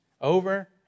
Over